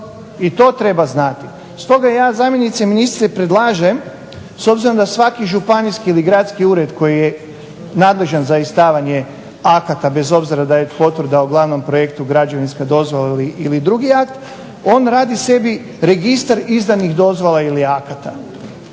i to treba znati. Stoga ja zamjenice ministra predlažem, s obzirom da svaki županijski ili gradski ured koji je nadležan za izdavanje akata, bez obzira da je potvrda o glavnom projektu, građevinske dozvole ili drugi akt, on radi sebi registar izdanih dozvola ili akata